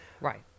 Right